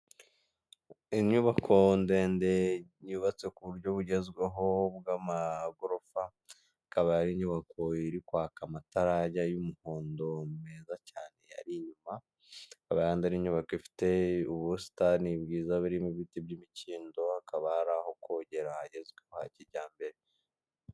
Inyubako ndende yubatse ku buryo bugezweho bw'amagorofa ikaba ari inyubako iri kwaka amatara y'umuhondo meza cyane ari inyuma abahanda n'inyubako ifite ubusitani bwiza birimo ibiti by'imikindo hakaba hari aho kogera ahagezweho ha kijyambere.